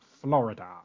Florida